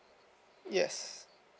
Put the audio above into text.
yes